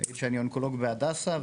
אני אונקולוג בהדסה,